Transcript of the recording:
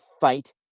fight